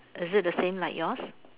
is it the same like yours